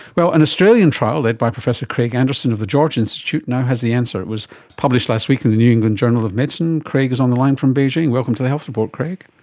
well, an australian trial, led by professor craig anderson of the george institute, now has the answer. it was published last week in the new england journal of medicine, craig is on the line from beijing. welcome to the health report craig.